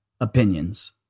opinions